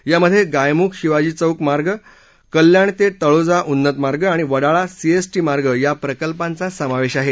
यामध्ये गायमुख शिवाजी चौक मार्ग कल्याण ते तळोजा उन्नत मार्ग आणि वडाळा सीएसटी मार्ग या प्रकल्पांचा समावेश आहे